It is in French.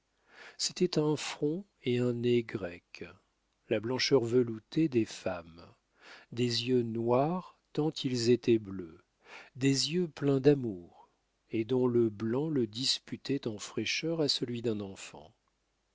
c'était un front et un nez grecs la blancheur veloutée des femmes des yeux noirs tant ils étaient bleus des yeux pleins d'amour et dont le blanc le disputait en fraîcheur à celui d'un enfant